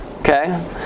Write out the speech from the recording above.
Okay